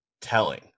telling